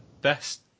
best